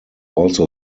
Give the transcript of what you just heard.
also